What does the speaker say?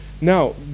Now